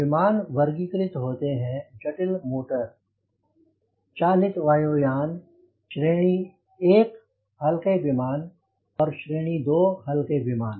विमान वर्गीकृत होते हैं जटिल मोटर 40 वायु यान श्रेणी 1 हल्के विमान और श्रेणी 2 हल्के विमान